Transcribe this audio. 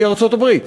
היא ארצות-הברית.